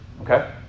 Okay